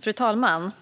Fru talman!